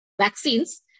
vaccines